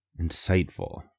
insightful